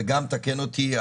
וגם תקן אותי,